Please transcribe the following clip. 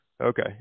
Okay